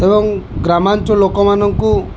ଏବଂ ଗ୍ରାମାଞ୍ଚଳ ଲୋକମାନଙ୍କୁ